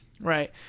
right